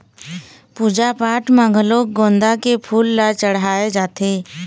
पूजा पाठ म घलोक गोंदा के फूल ल चड़हाय जाथे